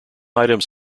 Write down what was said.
items